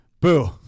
boo